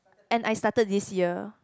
and I started this year